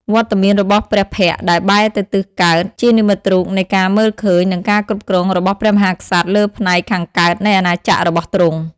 វត្តមានរបស់ព្រះភ័ក្ត្រដែលបែរទៅទិសកើត ជានិមិត្តរូបនៃការមើលឃើញនិងការគ្រប់គ្រងរបស់ព្រះមហាក្សត្រលើផ្នែកខាងកើតនៃអាណាចក្ររបស់ទ្រង់។